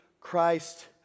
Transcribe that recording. Christ